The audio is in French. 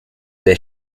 des